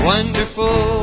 Wonderful